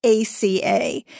ACA